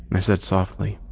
i said softly,